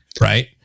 right